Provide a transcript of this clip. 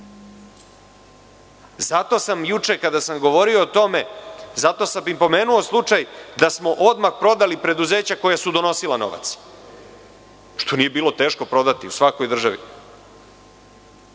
Zato sam juče, kada sam govorio o tome, zato sam i pomenuo slučaj da smo odmah prodali preduzeća koja su donosila novac, što nije bilo teško prodati u svakoj državi.